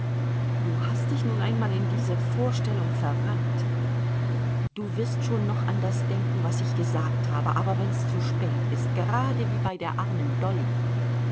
du hast dich nun einmal in diese vorstellung verrannt du wirst schon noch an das denken was ich gesagt habe aber wenn's zu spät ist gerade wie bei der armen dolly